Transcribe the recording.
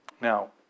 Now